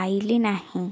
ପାଇଲି ନାହିଁ